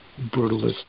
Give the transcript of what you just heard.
brutalist